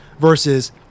versus